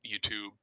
YouTube